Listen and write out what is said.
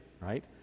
right